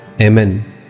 Amen